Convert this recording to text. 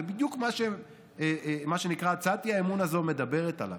זה בדיוק מה שהצעת האי-אמון הזאת מדברת עליו,